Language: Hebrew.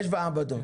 יש עוד מעבדות.